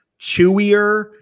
chewier